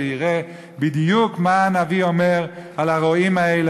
ויראה בדיוק מה הנביא אומר על הרועים האלה.